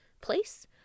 place